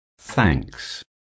Thanks